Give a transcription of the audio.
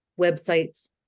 websites